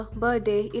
birthday